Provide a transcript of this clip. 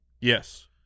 Yes